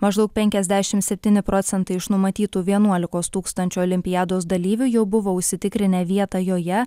maždaug penkiasdešimt septyni procentai iš numatytų vienuolikos tūkstančių olimpiados dalyvių jau buvo užsitikrinę vietą joje